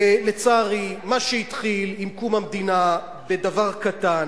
לצערי, מה שהתחיל עם קום המדינה בדבר קטן,